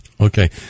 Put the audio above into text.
Okay